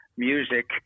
Music